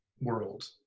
world